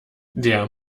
der